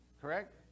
Correct